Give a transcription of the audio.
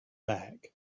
back